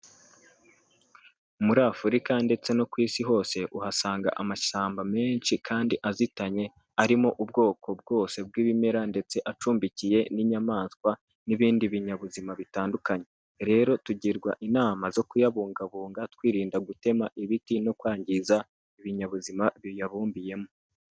Muri Afurika ndetse no ku isi hose uhasanga amashyamba menshi kandi azitanye, arimo ubwoko bwose bw'ibimera, ndetse acumbikiye n'inyamaswa n'ibindi binyabuzima bitandukanye, rero tugirwa inama zo kuyabungabunga twirinda gutema ibiti no kwangiza ibinyabuzima biyabumbiyemo.